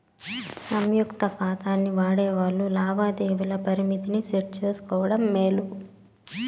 సంయుక్త కాతాల్ని వాడేవాల్లు లావాదేవీల పరిమితిని సెట్ చేసుకోవడం మేలు